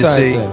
see